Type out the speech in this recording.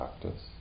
practice